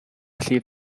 llif